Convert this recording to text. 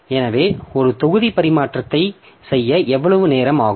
எனவே ஒரு தொகுதி பரிமாற்றத்தை செய்ய எவ்வளவு நேரம் ஆகும்